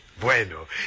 Bueno